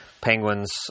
Penguins